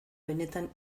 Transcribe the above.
benetan